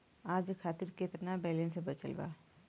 आज खातिर केतना बैलैंस बचल बा?